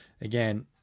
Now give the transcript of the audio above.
again